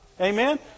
Amen